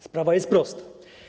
Sprawa jest prosta.